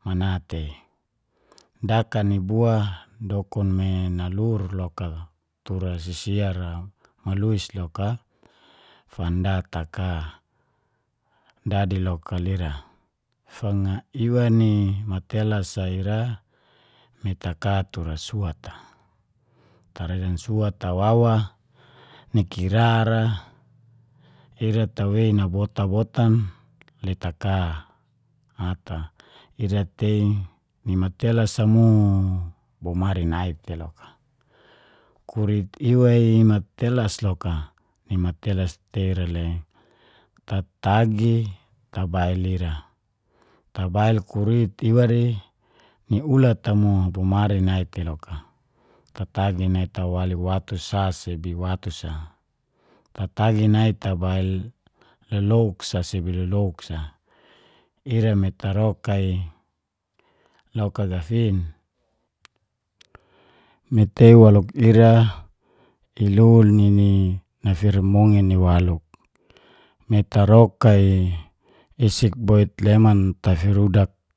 mana tei. Dakan i bua dokun me nalur loka tura sisiar ra maluis loka fanda taka dadi loka lira. Fanga iwa ni matelas a ira me taka tura suat a. Taredan suat a wawa ni kirara, ira tawei nabotan- botan le taka ata. Ira tei ni matelas a mo, bo mari nai tei loka, kurit iwa i matelas loka. Nimatelas tei ira le tatagi tabail ira, tabail kurit iwa re ni ulat a mo bomari nai tei loka. Tatagi wali nai watu sa sebi watu sa, tatagi tabail lelouk sa sebi lelouk sa ira me taroka i lauk a gafin, mi tei waluk ira ilu nini na firamongin i waluk. Me taroka i isik boi leman tafirudak